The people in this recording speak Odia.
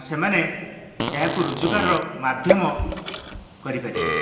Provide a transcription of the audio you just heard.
ସେମାନେ ଏହାକୁ ରୋଜଗାରର ମାଧ୍ୟମ କରିପାରିବେ